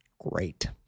Great